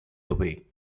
away